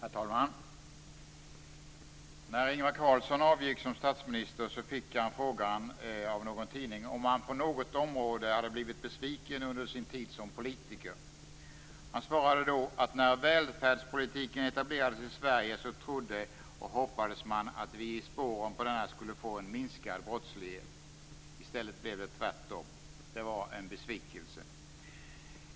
Herr talman! När Ingvar Carlsson avgick som statsminister fick han frågan av någon tidningsjournalist om han på något område hade blivit besviken under sin tid som politiker. Han svarade då att när välfärdspolitiken etablerades i Sverige, trodde och hoppades man att vi i spåren på denna skulle få en minskad brottslighet. I stället blev det tvärtom. Det var en besvikelse.